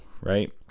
right